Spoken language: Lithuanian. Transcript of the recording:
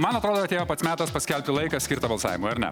mano atrodo atėjo pats metas paskelbti laiką skirtą balsavimui ar ne